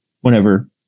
whenever